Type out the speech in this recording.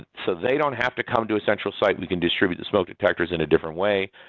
so they don't have to come to a central site. we can distribute the smoke detectors in a different way.